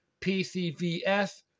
PCVS